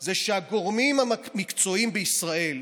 זה שהגורמים המקצועיים בישראל,